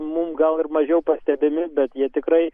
mum gal ir mažiau pastebimi bet jie tikrai